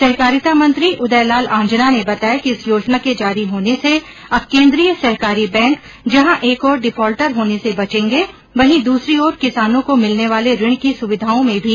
सहकारिता मंत्री उदयलाल आंजना ने बताया कि इस योजना के जारी होने से अब केन्द्रीय सहकारी बैंक जहां एक ओर डिफाल्टर होने से बचेंगे वहीं दूसरी ओर किसानों को मिलने वाले ऋण की सुविधाओं में भी विस्तार होगा